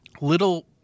Little